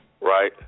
right